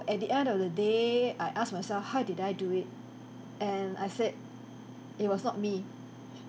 at the end of the day I asked myself how did I do it and I said it was not me